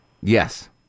Yes